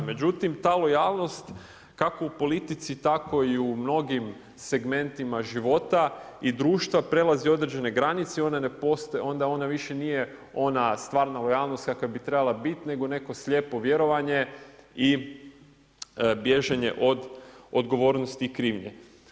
Međutim ta lojalnost, kako u politici, tako i u mnogim segmentima života i društva prelazi određene granice i onda ona više nije ona stvarna lojalnost kakva bi trebala bit, nego neko slijepo vjerovanje i bježanje od odgovornosti i krivnje.